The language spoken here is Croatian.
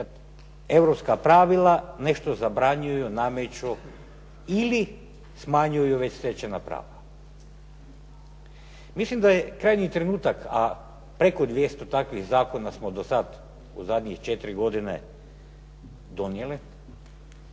europska pravila nešto zabranjuju, nameću ili smanjuju već stečena prava. Mislim da je krajnji trenutak, a preko 200 takvih zakona smo do sad u zadnjih četiri godine donijeli